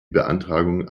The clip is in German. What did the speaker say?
beantragung